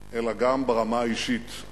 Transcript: אלא גם ברמה האישית,